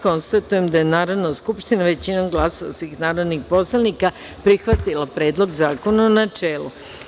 Konstatujem da je Narodna skupština, većinom glasova svih narodnih poslanika, prihvatila Predlog zakona, u načelu.